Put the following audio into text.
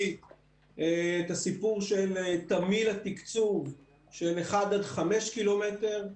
הסיפור של תמהיל התקצוב של 1 5 קילומטרים,